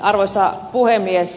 arvoisa puhemies